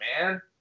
man